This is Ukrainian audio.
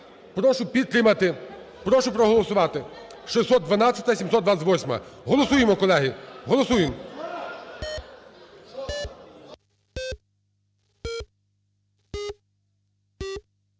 Прошу підтримати, прошу проголосувати – 612-а і 728-а. Голосуємо, колеги. Голосуємо.